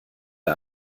der